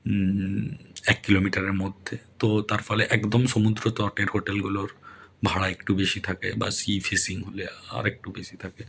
এক কিলোমিটারের মধ্যে তো তার ফলে একদম সমুদ্রতটের হোটেলগুলোর ভাড়া একটু বেশি থাকে বা সি ফেসিং হলে আর একটু বেশি থাকে